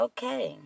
Okay